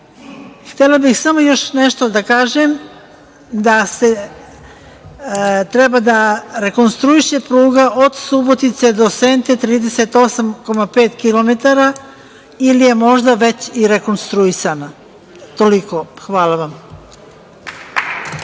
bih samo još da kažem da treba da se rekonstruiše pruga od Subotice do Sente, 38,5 km, ili je možda već i rekonstruisana? Toliko. Hvala vam.